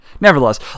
nevertheless